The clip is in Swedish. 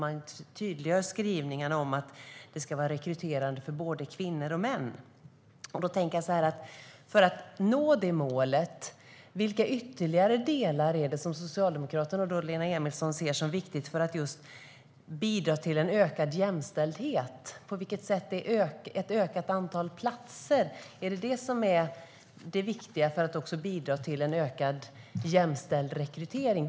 Man tydliggör i skrivningarna att det ska vara rekryterande för både kvinnor och män. För att nå det målet, vilka ytterligare delar är det som Socialdemokraterna och Lena Emilsson ser som viktiga för att bidra till en ökad jämställdhet? Är ett ökat antal platser det viktiga för att bidra till en ökad jämställd rekrytering?